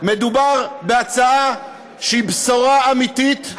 מדובר בהצעה שהיא בשורה אמיתית,